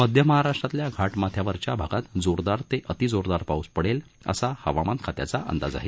मध्य महाराष्ट्रातील घाट माथ्यावरील भागात जोरदार ते अतिजोरदार पाऊस पडेल असा हवामान खात्याचा अंदाज आहे